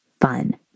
fun